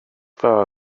dda